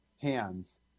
hands